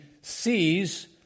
sees